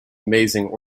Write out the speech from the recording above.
amazing